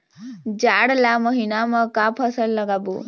जाड़ ला महीना म का फसल लगाबो?